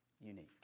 Unique